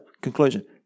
conclusion